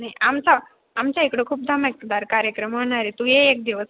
नाही आमचा आमच्या इकडं धमाकेदार कार्यक्रम होणार आहे तू ये एक दिवस